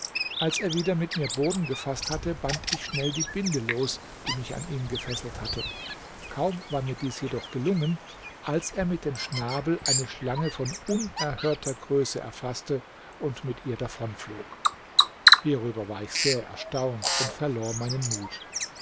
als er wieder mit mir boden gefaßt hatte band ich schnell die binde los die mich an ihn gefesselt hatte kaum war mir dies jedoch gelungen als er mit dem schnabel eine schlange von unerhörter größe erfaßte und mit ihr davonflog hierüber war ich sehr erstaunt und verlor meinen mut